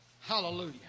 Hallelujah